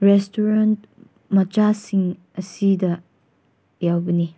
restaurant ꯃꯆꯥꯁꯤꯡ ꯑꯁꯤꯗ ꯌꯥꯎꯕꯅꯤ